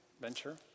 venture